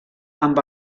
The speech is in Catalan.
amb